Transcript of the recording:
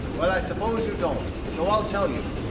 well, i s'pose you don't, so i'll tell you.